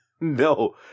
No